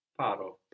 Paro